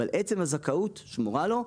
אבל עצם הזכאות שמורה לו.